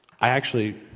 i actually,